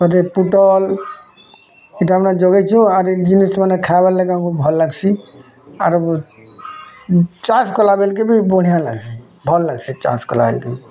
ତା'ପରେ ପୁଟଲ୍ ଏଇଟା ଆମେ ଜଗାଇଛୁ ଆର୍ ଜିନିଷମାନ୍ ଖାଇବାର୍ ଲାଗି ଆମକୁ ଭଲ୍ ଲାଗ୍ସି ଆରକୁ ଚାଷ୍ କଲାବୋଲ୍କେ ବି ବଢ଼ିଆ ଲାଗ୍ସି ଭଲ୍ ଲାଗ୍ସି ଚାଷ୍ କଲା ବେଲ୍କି